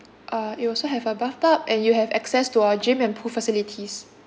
uh it also have a bathtub and you have access to our gym and pool facilities